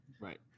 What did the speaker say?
Right